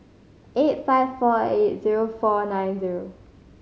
eight five four eight zero four nine zero